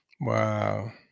Wow